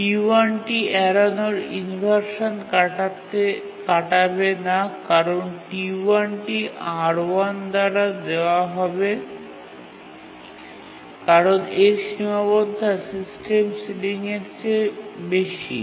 T1 টি এড়ানোর inversion কাটাবে না কারণ T1 টি R1 দ্বারা দেওয়া হবে কারণ এর সীমাবদ্ধতা সিস্টেম সিলিংয়ের চেয়ে বেশি